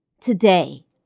today